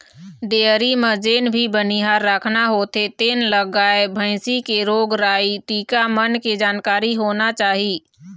dairy म जेन भी बनिहार राखना होथे तेन ल गाय, भइसी के रोग राई, टीका मन के जानकारी होना चाही